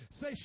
say